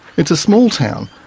it's a small town,